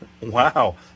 Wow